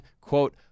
quote